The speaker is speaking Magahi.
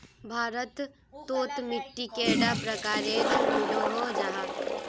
भारत तोत मिट्टी कैडा प्रकारेर मिलोहो जाहा?